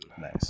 nice